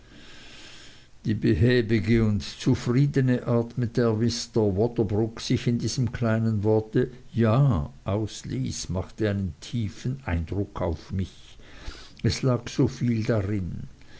die behäbige und zufriedene art mit der mr waterbroock sich in diesem kleinen wort ja ausließ machte einen tiefen eindruck auf mich es lag so viel darin